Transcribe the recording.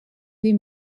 des